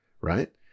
right